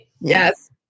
Yes